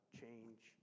change